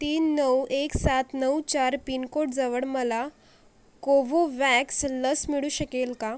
तीन नऊ एक सात नऊ चार पिनकोडजवळ मला कोवोवॅक्स लस मिळू शकेल का